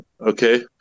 Okay